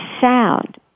sound